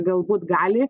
galbūt gali